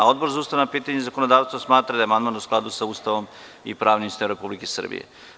Odbor za ustavna pitanja i zakonodavstvo smatra da je amandman u skladu sa Ustavom i pravnim sistemom Republike Srbije.